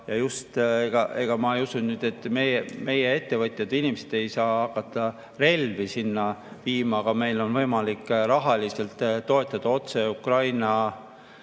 pandud. Ma ei usu, et meie ettevõtjad ja inimesed hakkaksid relvi sinna viima, aga meil on võimalik rahaliselt toetada otse Ukrainat.